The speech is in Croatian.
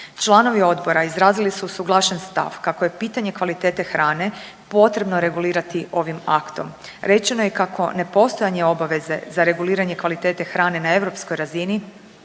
Članovi odbora izrazili su usuglašen stav kako je pitanje kvalitete hrane potrebno regulirati ovim aktom. Rečeno je kako ne postojanje obaveze za reguliranje kvalitete hrane na europskoj razini